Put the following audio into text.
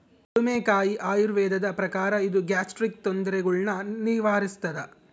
ಬುಡುಮೆಕಾಯಿ ಆಯುರ್ವೇದದ ಪ್ರಕಾರ ಇದು ಗ್ಯಾಸ್ಟ್ರಿಕ್ ತೊಂದರೆಗುಳ್ನ ನಿವಾರಿಸ್ಥಾದ